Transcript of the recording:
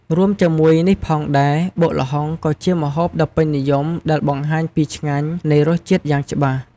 រួមជាមួយនេះផងដែរ បុកល្ហុងក៏ជាម្ហូបដ៏ពេញនិយមដែលបង្ហាញពីឆ្ញាញ់នៃរសជាតិយ៉ាងច្បាស់។